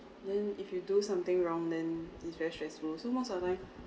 then if you do something wrong then it's very stressful so most of the time